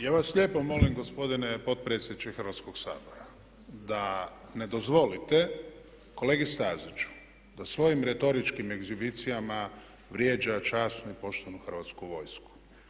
Ja vas lijepo molim gospodine potpredsjedniče Hrvatskog sabora da ne dozvolite kolegi Staziću da svojim retoričkim egzibicijama vrijeđa časnu i poštenu Hrvatsku vojsku.